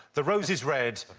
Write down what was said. the rose is red,